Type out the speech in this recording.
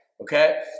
okay